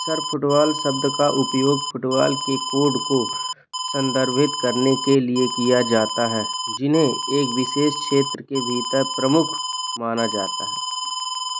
अक्सर फुटबॉल शब्द का उपयोग फुटबॉल के कोड को संदर्भित करने के लिए किया जाता है जिन्हें एक विशेष क्षेत्र के भीतर प्रमुख माना जाता है